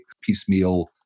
piecemeal